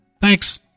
thanks